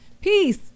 peace